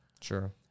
Sure